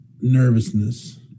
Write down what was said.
Nervousness